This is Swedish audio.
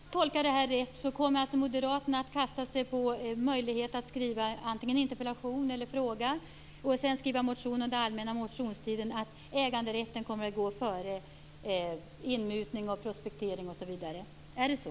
Fru talman! Om jag tolkar detta rätt kommer moderaterna att kasta sig på möjligheten att skriva interpellationer eller frågor, och sedan skriva motioner under allmänna motionstiden om att äganderätten skall gå före inmutning, prospektering osv. Är det så?